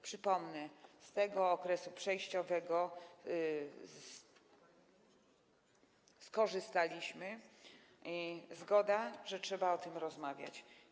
Przypomnę, że z tego okresu przejściowego skorzystaliśmy, i zgoda, że trzeba o tym rozmawiać.